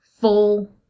full